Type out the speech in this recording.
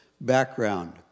background